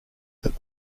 that